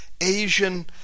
Asian